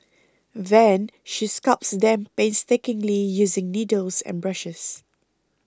then she sculpts them painstakingly using needles and brushes